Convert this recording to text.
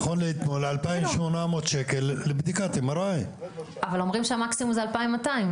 נכון לאתמול 2,800 שקל לבדיקת MRI. אבל אומרים שהמקסימום זה 2,200,